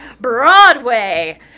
Broadway